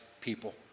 people